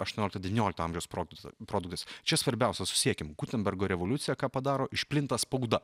aštuoniolikto devyniolikto amžiaus produkta produktas čia svarbiausia susiekim gutenbergo revoliucija ką padaro išplinta spauda